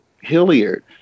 Hilliard